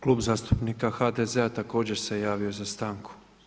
Klub zastupnika HDZ-a također se javio za stanku.